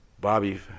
Bobby